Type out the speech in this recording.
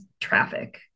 traffic